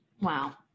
Wow